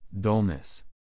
Dullness